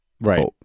Right